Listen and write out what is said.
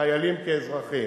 חיילים כאזרחים.